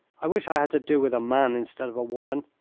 i wish i had to do with a man instead of a woman,